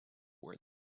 where